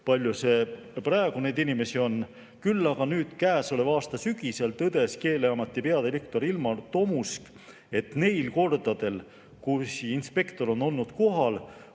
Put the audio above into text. palju praegu neid inimesi on. Aga käesoleva aasta sügisel tõdes Keeleameti peadirektor Ilmar Tomusk, et neil kordadel, kui inspektor on olnud kohal,